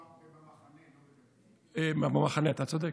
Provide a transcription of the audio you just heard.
במחנה, במחנה, אתה צודק.